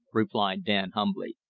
replied dan humbly.